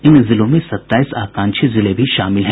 इन जिलों में सत्ताईस आकांक्षी जिले भी शामिल हैं